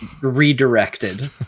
redirected